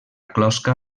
closca